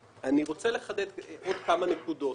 אני רוצה לחדד כמה נקודות: